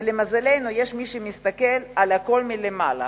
ולמזלנו, יש מי שמסתכל על הכול מלמעלה,